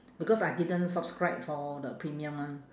because I didn't subscribe for the premium one